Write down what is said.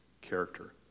character